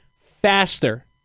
faster